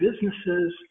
businesses